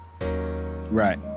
right